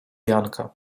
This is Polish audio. janka